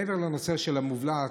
מעבר לנושא של המובלעת,